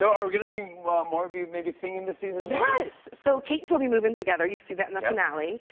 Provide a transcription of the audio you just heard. so are we gonna see more of you maybe singing this season maybe? yes! so, kate and toby move in together. you see that and the finale.